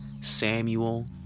Samuel